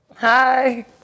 Hi